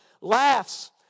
laughs